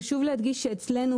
חשוב להדגיש שאצלנו